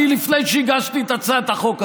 אני, לפני שהגשתי את הצעת החוק הזו,